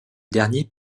dernier